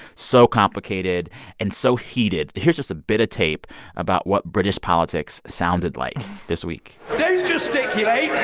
so complicated and so heated. here's just a bit of tape about what british politics sounded like this week don't gesticulate.